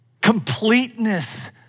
completeness